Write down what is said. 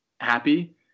happy